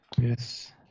Yes